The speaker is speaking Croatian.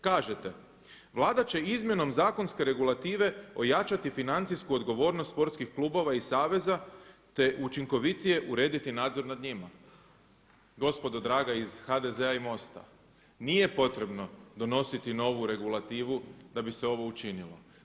Kažete: „Vlada će izmjenom zakonske regulative ojačati financijsku odgovornost sportskih klubova i saveza, te učinkovitije urediti nadzor nad njima.“ Gospodo draga iz HDZ-a i MOST-a, nije potrebno donositi novu regulativu da bi se ovo učinilo.